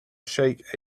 shake